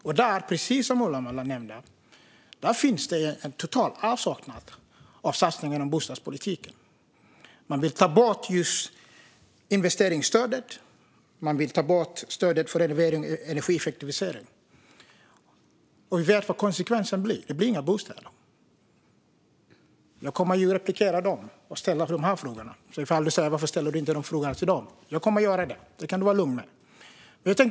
Där råder, precis som Ola Möller nämnde, en total avsaknad av satsningar på bostadspolitiken. Man vill ta bort investeringsstödet. Man vill ta bort stödet för renovering och energieffektivisering. Vi vet vad konsekvensen blir. Det blir inga bostäder. Jag kommer att ta replik även på företrädarna för de partier som står bakom denna budget. Ola Möller kanske undrar varför jag inte ställer frågorna till dem. Jag kommer att göra det. Det kan Ola Möller vara lugn för.